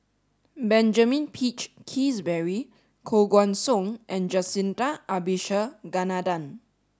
Benjamin Peach Keasberry Koh Guan Song and Jacintha Abisheganaden